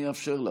אני אאפשר לך.